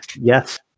Yes